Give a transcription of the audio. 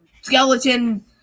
skeleton